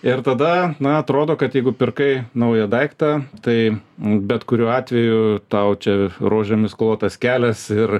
ir tada na atrodo kad jeigu pirkai naują daiktą tai bet kuriuo atveju tau čia rožėmis klotas kelias ir